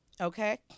Okay